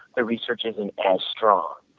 the research isn't as strong.